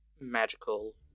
magical